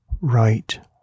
right